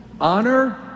Honor